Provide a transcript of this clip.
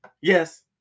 yes